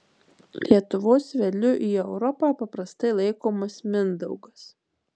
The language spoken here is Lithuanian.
lietuvos vedliu į europą paprastai laikomas mindaugas